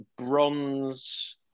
bronze